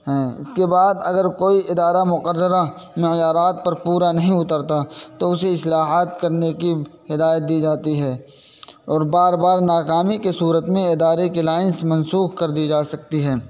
ہاں اس کے بعد اگر کوئی ادارہ مقررہ معیارات پر پورا نہیں اترتا تو اسے اصلاحات کرنے کی ہدایت دی جاتی ہے اور بار بار ناکامی کے صورت میں ادارے کے لائنس منسوخ کر دی جا سکتی ہے